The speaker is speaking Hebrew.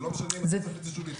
זה לא משנה אם התוספת היא שולית.